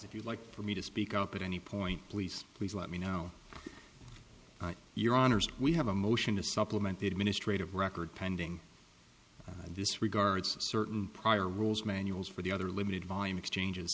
if you like for me to speak up at any point please please let me know your honors we have a motion to supplement the administrative record pending this regards certain prior rules manuals for the other limited volume exchanges